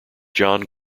john